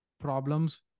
problems